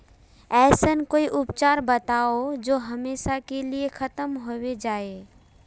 ऐसन कोई उपचार बताऊं जो हमेशा के लिए खत्म होबे जाए?